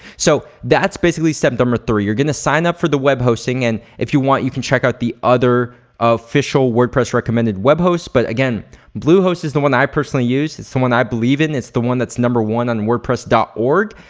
so, that's basically step number three. you're gonna sign up for the web hosting and if you want you can check out the other official wordpress recommended web host, but again bluehost is the one i personally use. it's the one i believe in, it's the one that's number one on wordpress org.